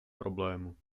problému